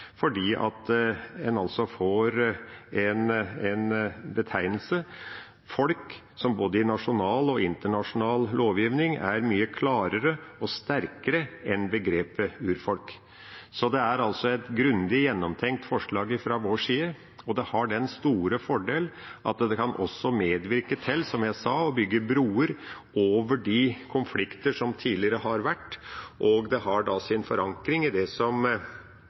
en får en betegnelse, «folk», som i både nasjonal og internasjonal lovgivning er mye klarere og sterkere enn begrepet «urfolk». Det er altså et grundig gjennomtenkt forslag fra vår side, og det har den store fordel at det også kan medvirke til, som jeg sa, å bygge broer over de konflikter som tidligere har vært, og det har sin forankring i det